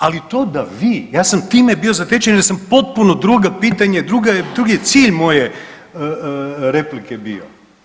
Ali to da vi, ja sam time bio zatečen jer sam potpuno druga pitanja i drugi je cilj moje replike bio.